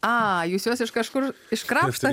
a jūs juos iš kažkur iškrapštot